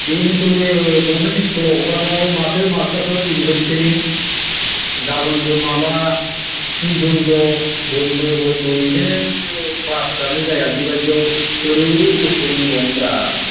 बेनोथ'लै government स्कुलाव हगारबाबो माथो मास्टारफ्रा दिनैबो थ्रेनिं गाबोनबो माबानि बन्द बन्द बन्दयैनो क्लास फ्रानो जाया बेबादियाव बोरै गथ' रोंबावनो ब्रा